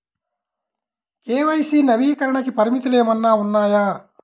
KYC నవీకరణకి పరిమితులు ఏమన్నా ఉన్నాయా?